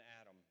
Adam